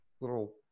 little